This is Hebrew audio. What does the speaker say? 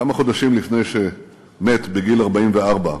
כמה חודשים לפני שמת בגיל 44,